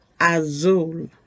azul